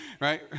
Right